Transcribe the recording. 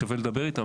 שווה לדבר איתם,